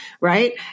Right